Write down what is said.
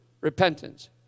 repentance